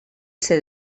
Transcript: ser